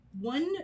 One